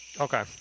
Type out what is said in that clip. Okay